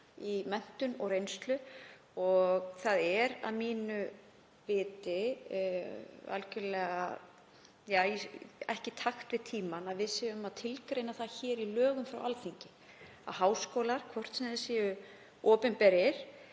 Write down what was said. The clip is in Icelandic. í menntun og reynslu og það er að mínu viti ekki í takt við tímann að við séum að tilgreina það í lögum frá Alþingi að háskólum, hvort sem þeir eru opinberir